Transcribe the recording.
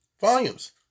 volumes